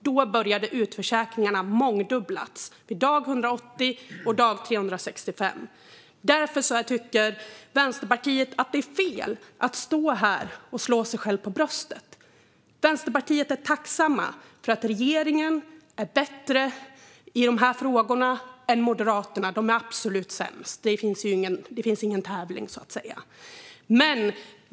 Då började utförsäkringarna mångdubblas vid dag 180 och dag 365. Därför tycker Vänsterpartiet att det är fel att stå här och slå sig själv för bröstet. Vi i Vänsterpartiet är tacksamma för att regeringen är bättre i de här frågorna än Moderaterna, som är absolut sämst. Men det är ingen tävling.